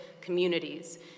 communities